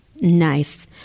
nice